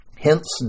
Hence